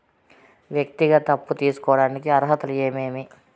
వ్యక్తిగత అప్పు తీసుకోడానికి అర్హతలు ఏమేమి